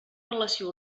relació